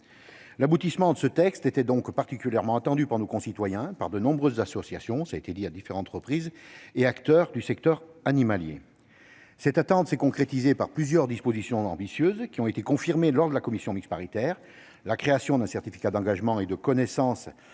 L'aboutissement de ce texte était donc particulièrement attendu par nos concitoyens, par de nombreuses associations- cela a été dit -, et par les acteurs du secteur animalier. Le texte contient plusieurs dispositions ambitieuses, qui ont été conservées lors de la commission mixte paritaire : la création d'un certificat d'engagement et de connaissance